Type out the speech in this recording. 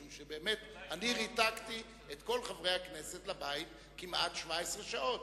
משום שבאמת אני ריתקתי את כל חברי הכנסת לבית כמעט 17 שעות,